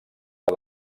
que